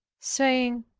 saying,